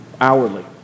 hourly